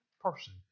person